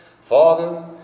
Father